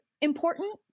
important